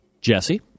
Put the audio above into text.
Jesse